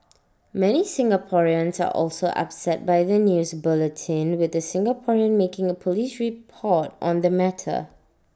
many Singaporeans are also upset by the news bulletin with the Singaporean making A Police report on the matter